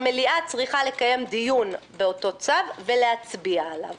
המליאה צריכה לקיים דיון באותו צו ולהצביע עליו.